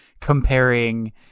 comparing